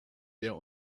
der